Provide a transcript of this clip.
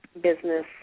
business